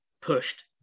pushed